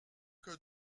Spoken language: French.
que